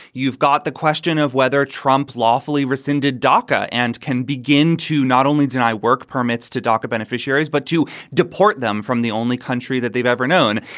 you've got the question of whether trump lawfully rescinded daca and can begin to not only deny work permits to doca beneficiaries, but to deport them from the only country that they've ever known.